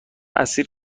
اصیل